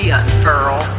unfurl